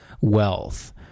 wealth